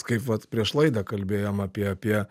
kaip vat prieš laidą kalbėjom apie apie